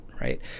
right